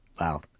Wow